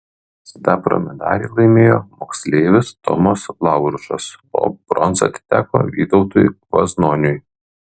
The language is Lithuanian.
sidabro medalį laimėjo moksleivis tomas laurušas o bronza atiteko vytautui vaznoniui